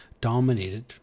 dominated